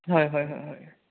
হয় হয় হয় হয়